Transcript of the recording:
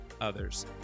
others